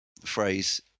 phrase